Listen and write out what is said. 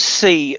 see